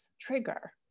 trigger